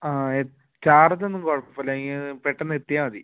ആ ചാർജ് ഒന്നും കുഴപ്പമില്ല എനിക്ക് പെട്ടെന്ന് എത്തിയാൽ മതി